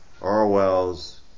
Orwell's